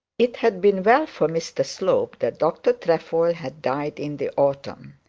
it had been well for mr slope that dr trefoil had died in the autumn.